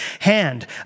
hand